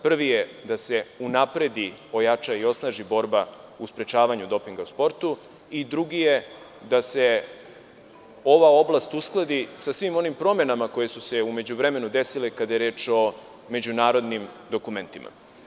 Prvi je da se unapredi, ojača i osnaži borba u sprečavanju dopinga u sportu i drugi je da se ova oblast uskladi sa svim onim promenama koje su se u međuvremenu desile, kada je reč o međunarodnim dokumentima.